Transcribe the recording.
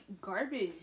garbage